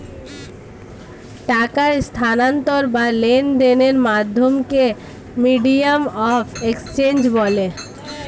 টাকার স্থানান্তর বা লেনদেনের মাধ্যমকে মিডিয়াম অফ এক্সচেঞ্জ বলে